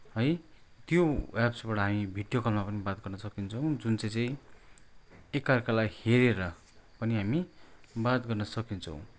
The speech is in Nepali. है त्यो एप्सबाट हामी भिडियो कलमा पनि बात गर्न सकिन्छ जुन चाहिँ चाहिँ एक अर्कालाई हेरेर पनि हामी बात गर्न सकिन्छ